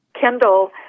Kendall